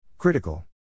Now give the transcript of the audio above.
Critical